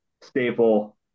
staple